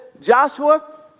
Joshua